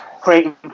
creating